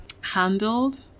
handled